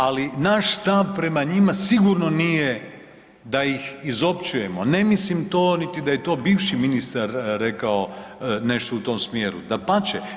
Ali naš stav prema njima sigurno nije da ih izopćujemo, ne mislim to niti da je to bivši ministar rekao nešto u tom smjeru, dapače.